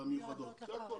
המיועדות לחרדים.